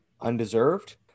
undeserved